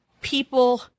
people